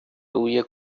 தூய